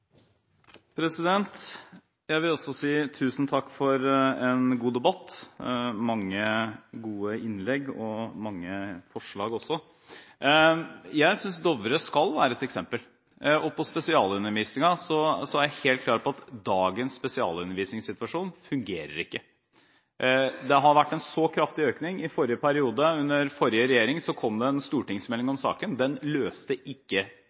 Jeg vil også si tusen takk for en god debatt, mange gode innlegg og mange forslag også. Jeg synes Dovre skal være et eksempel. Med hensyn til spesialundervisningen, er jeg helt klar på at dagens spesialundervisningssituasjon ikke fungerer. Det har vært en så kraftig økning i forrige periode. Under forrige regjering kom det en stortingsmelding om saken. Den løste ikke